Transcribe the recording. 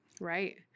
Right